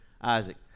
Isaac